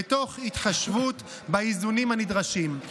תוך התחשבות באיזונים הנדרשים.